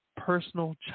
personal